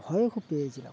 ভয় ও খুব পেয়েছিলাম